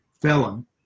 felon